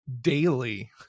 daily